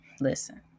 listen